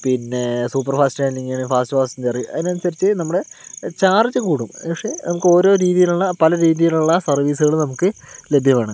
പിന്നെ സൂപ്പർ ഫാസ്റ്റാണെങ്കിലും fast passenger അതിനനുസരിച്ച് നമ്മുടെ ചാർജജ് കൂടും പക്ഷെ നമുക്ക് ഓരോ രീതീലുള്ള പല രീതീലുള്ള സർവ്വീസുകൾ നമുക്ക് ലഭ്യമാണ്